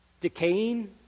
decaying